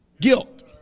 guilt